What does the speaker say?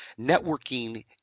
networking